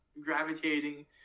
gravitating